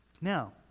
Now